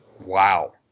Wow